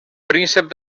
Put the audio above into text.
príncep